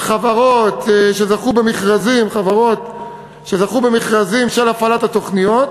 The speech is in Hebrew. חברות שזכו במכרזים של הפעלת התוכניות,